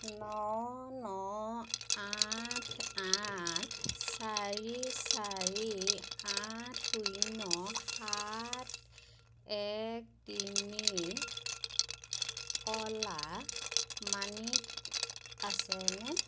ন ন আঠ আঠ চাৰি চাৰি আঠ শূন্য সাত এক তিনি অ'লা মানিত আছেনে